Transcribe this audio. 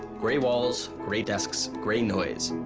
gray wall, gray desks, gray noise.